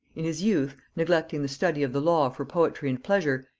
in his youth, neglecting the study of the law for poetry and pleasure,